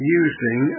using